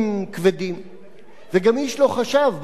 וגם איש לא חשב באותה עת שיש צורך